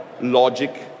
logic